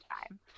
time